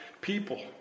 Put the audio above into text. people